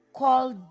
called